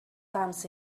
comes